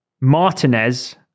Martinez